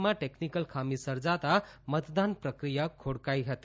માં ટેકનીકલ ખામી સર્જાતા મતદાન પ્રક્રિયા ખોટકાઇ હતી